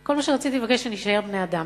כל מה שרציתי לבקש, שנישאר בני-אדם,